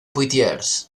poitiers